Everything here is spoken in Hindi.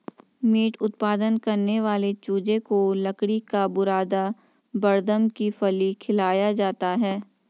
मीट उत्पादन करने वाले चूजे को लकड़ी का बुरादा बड़दम की फली खिलाया जाता है